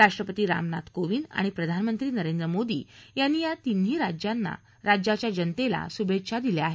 राष्ट्रपती रामनाथ कोविद आणि प्रधानमंत्री नरेंद्र मोदी यांनी या तिन्ही राज्याच्या जनतेला शुभेच्छा दिल्या आहेत